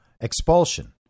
expulsion